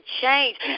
change